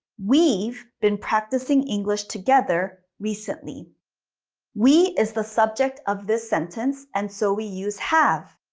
we've been practicing english together recently we is the subject of this sentence and so we use have.